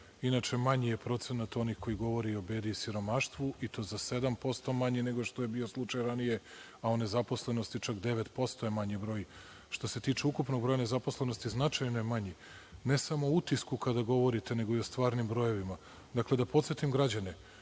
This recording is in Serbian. Inače, manji je procenat onih koji govore o bedi i siromaštvu, i to za 7% nego što je bio slučaj ranije, a o nezaposlenosti čak 9% je manji broj. Što se tiče ukupnog broja nezaposlenosti, značajno je manji, ne samo o utisku kada govorite, nego i u stvarnim brojevima. Dakle, da podsetim građane,